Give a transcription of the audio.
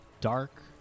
dark